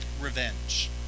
revenge